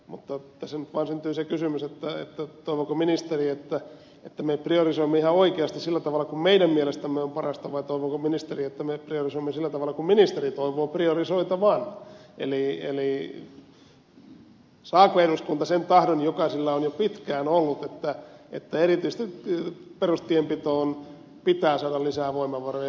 mutta tässä nyt vaan syntyy se kysymys toivooko ministeri että me priorisoimme ihan oikeasti sillä tavalla kuin meidän mielestämme on parasta vai toivooko ministeri että me priorisoimme sillä tavalla kuin ministeri toivoo priorisoitavan eli saako eduskunta läpi sen tahdon joka sillä on jo pitkään ollut että erityisesti perustienpitoon pitää saada lisää voimavaroja